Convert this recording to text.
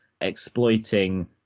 exploiting